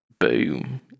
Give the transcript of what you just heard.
boom